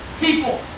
people